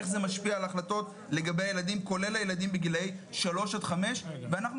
איך זה משפיע על החלטות לגבי הילדים כולל הילדים בגילאים 3 עד 5 ואנחנו